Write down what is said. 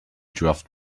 draft